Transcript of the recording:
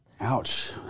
Ouch